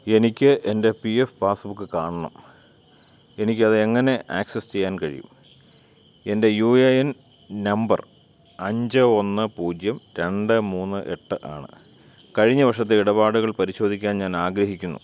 എനിക്ക് എൻ്റെ P F passbook കാണണം എനിക്ക് അത് എങ്ങനെ ആക്സസ് ചെയ്യാൻ കഴിയും എൻ്റെ യു എ എൻ നമ്പർ അഞ്ച് ഒന്ന് പൂജ്യം രണ്ട് മൂന്ന് എട്ട് ആണ് കഴിഞ്ഞ വർഷത്തെ ഇടപാടുകൾ പരിശോധിക്കാൻ ഞാൻ ആഗ്രഹിക്കുന്നു